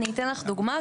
אני אתן לך דוגמה.